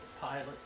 pilot